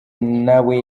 nawe